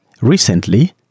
Recently